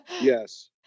Yes